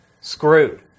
screwed